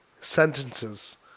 sentences